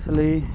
ਇਸ ਲਈ